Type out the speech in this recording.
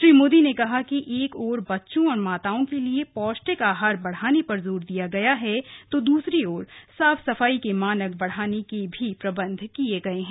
श्री मोदी ने कहा कि एक ओर बच्चों और माताओं के लिए पौष्टिक आहार बढाने पर जोर दिया गया है तो दूसरी ओर साफ सफाई के मानक बढ़ाने के भी प्रबन्ध किये गये हैं